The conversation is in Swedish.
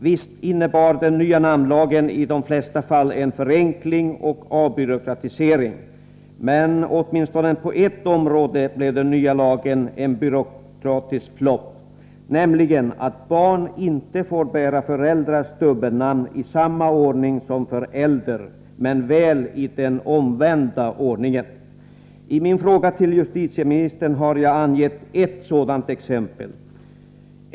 Visst innebar den nya namnlagen i de flesta fall en förenkling och avbyråkratisering. Men åtminstone på ett område blev den nya lagen en byråkratisk flopp: barn får inte bära föräldrars dubbelnamn i samma ordning som föräldrar men väl i den omvända ordningen. I min fråga till justitieministern har jag angett ett sådant exempel.